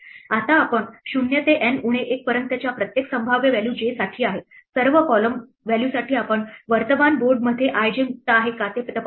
आता आपण 0 ते N उणे 1 पर्यंतच्या प्रत्येक संभाव्य व्हॅल्यू j साठी आहे सर्व column व्हॅल्यूसाठी आपण वर्तमान बोर्डमध्ये i j मुक्त आहे का ते तपासतो